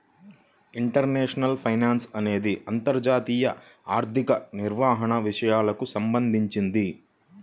international finance అనేది అంతర్జాతీయ ఆర్థిక నిర్వహణ విషయాలకు సంబంధించింది